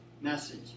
message